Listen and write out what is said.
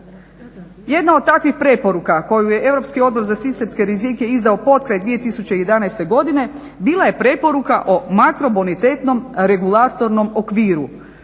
Jedna od takvih preporuka koje je Europski odbor za sistemske rizike izdao potkraj 2011.godine bila je preporuka o makrobonitetnom regulatornom okviru